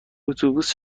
اتوبوس